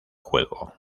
juego